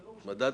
אנחנו,